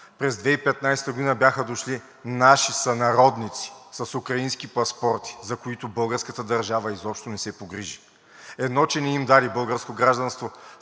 през 2015 г. бяха дошли наши сънародници с украински паспорти, за които българската държава изобщо не се погрижи. Едно, че не им даде българско гражданство,